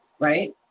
right